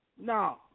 No